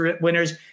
winners